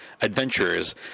adventurers